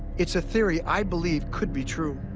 it's a theory i believe could be true.